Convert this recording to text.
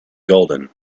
golden